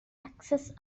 axes